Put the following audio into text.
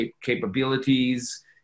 capabilities